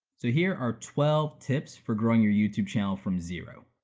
so here are twelve tips for growing your youtube channel from zero.